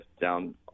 down